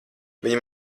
viņi